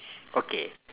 okay